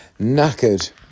Knackered